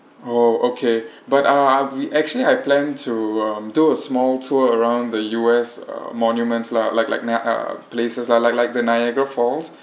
oh okay but uh we actually I plan to um do a small tour around the U_S uh monuments lah like like nia~ places like like like like the niagara falls